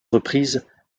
reprises